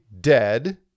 dead